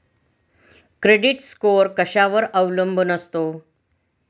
Credit score कशावर अवलंबून असतो?